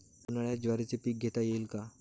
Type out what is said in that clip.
उन्हाळ्यात ज्वारीचे पीक घेता येईल का?